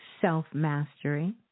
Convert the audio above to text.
self-mastery